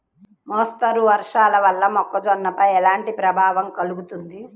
మోస్తరు వర్షాలు వల్ల మొక్కజొన్నపై ఎలాంటి ప్రభావం కలుగుతుంది?